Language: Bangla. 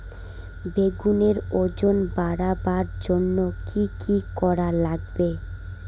বেগুনের ওজন বাড়াবার জইন্যে কি কি করা লাগবে?